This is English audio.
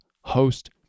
host